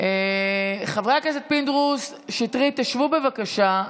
חברי הכנסת פינדרוס, שטרית, תשבו, בבקשה.